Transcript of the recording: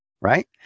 Right